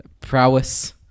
prowess